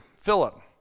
Philip